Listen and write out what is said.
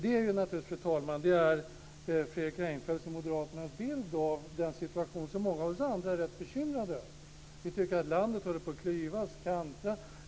Det är naturligtvis, fru talman, Fredrik Reinfeldts och Moderaternas bild av den situation som många av oss andra är rätt bekymrade över. Vi tycker att landet håller på att klyvas, kantra.